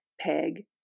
peg